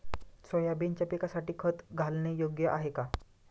सोयाबीनच्या पिकासाठी खत घालणे योग्य आहे का?